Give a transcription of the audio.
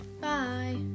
Bye